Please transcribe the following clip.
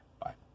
bye